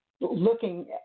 looking